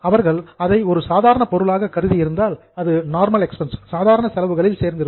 அவர்கள் அதை ஒரு சாதாரண பொருளாக கருதி இருந்தால் அது நார்மல் எக்பென்சஸ் சாதாரண செலவுகளில் சேர்ந்திருக்கும்